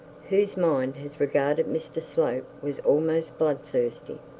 whose mind as regarded mr slope was almost bloodthirsty.